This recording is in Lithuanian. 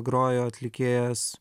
grojo atlikėjas